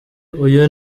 uyu